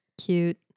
Cute